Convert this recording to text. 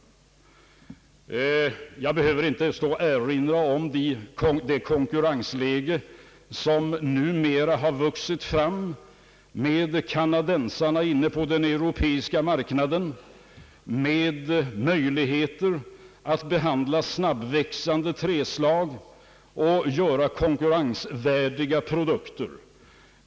Jag behöver inte stå och erinra om det konkurrensläge som numera har vuxit fram, med kanadensarna inne på den europeiska marknaden, med möjligheter att få fram snabbväxande trädsorter och att framställa konkurrensvärdiga produkter.